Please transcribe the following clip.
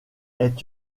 est